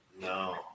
No